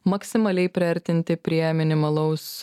maksimaliai priartinti prie minimalaus